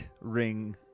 ring